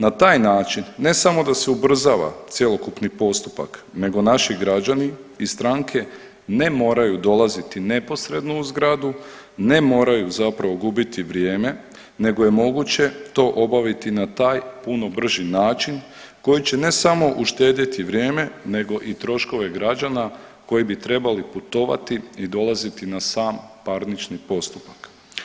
Na taj način ne samo da se ubrzava cjelokupni postupak nego naši građani i strane ne moraju dolaziti neposredno u zgradu, ne moraju zapravo gubiti vrijeme nego je moguće to obaviti na taj puno brži način koji će ne samo uštedjeti vrijeme nego i troškove građana koji bi trebali putovati i dolaziti na sam parnični postupak.